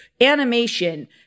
animation